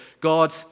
God